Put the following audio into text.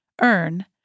earn